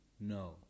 No